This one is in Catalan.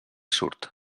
surt